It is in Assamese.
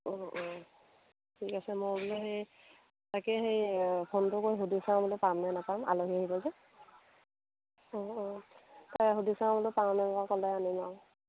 অঁ অঁ ঠিক আছে মই বোলো সেই তাকে সেই ফোনটো কৰি সুধি চাও বোলো পামনে নাপাম আলহী আহিব যে অঁ অঁ তাই সুধি চাও বোলো পাওনে ক'লে আনিম আৰু